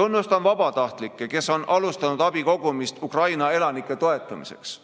Tunnustan vabatahtlikke, kes on alustanud abi kogumist Ukraina elanike toetamiseks.